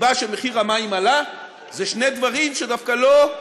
הסיבה שמחיר המים עלה היא שני דברים שדווקא לא,